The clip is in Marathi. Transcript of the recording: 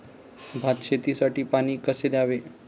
भात शेतीसाठी पाणी कसे द्यावे?